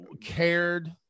cared